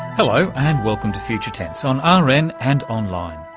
hello and welcome to future tense on ah rn and and online,